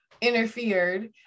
interfered